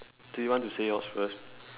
do you want to say yours first